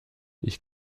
ich